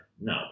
No